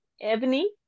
Ebony